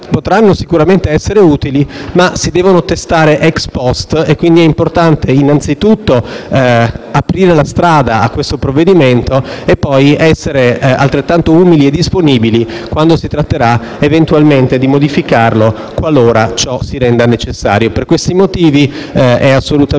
potrà sicuramente essere utile, ma lo si dovrà testare *ex post*. Quindi, è importante innanzi tutto aprire la strada al provvedimento e poi essere altrettanto umili e disponibili quando si tratterà eventualmente di modificarlo, qualora ciò si renda necessario. Per i motivi esposti, il voto